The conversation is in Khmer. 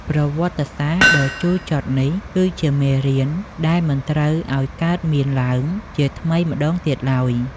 ប្រវត្តិសាស្ត្រដ៏ជូរចត់នេះ គឺជាមេរៀនដែលមិនត្រូវឱ្យកើតមានឡើងជាថ្មីម្តងទៀតឡើយ។